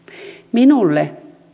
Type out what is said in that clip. minulle